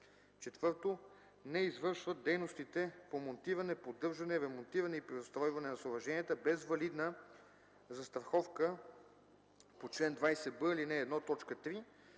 ал. 5; 4. не извършват дейностите по монтиране, поддържане, ремонтиране и преустройване на съоръженията без валидна застраховка по чл. 20б, ал. 1, т.